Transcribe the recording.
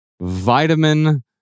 vitamin